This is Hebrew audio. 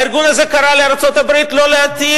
הארגון הזה קרא לארצות-הברית לא להטיל